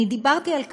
אני דיברתי על כך,